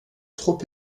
trop